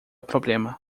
problema